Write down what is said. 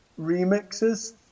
remixes